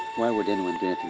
why would anyone